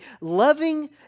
loving